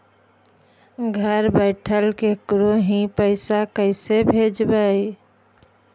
घर बैठल केकरो ही पैसा कैसे भेजबइ?